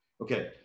Okay